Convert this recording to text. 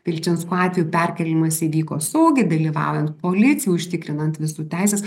vilčinskų atveju perkėlimas įvyko saugiai dalyvaujant policijai užtikrinant visų teises